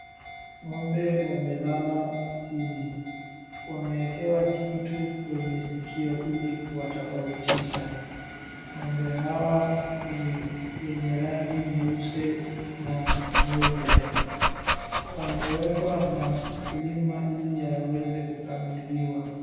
Ng'ombe wamelala chini. Wameekewa kitu kwenye sikio ili kuwatofautisha. Ng'ombe hawa ni wenye rangi nyeusi na mweupe. Wamewekwa makulima ili yaweze kukamuliwa.